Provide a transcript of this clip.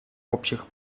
общих